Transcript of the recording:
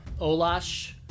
Olash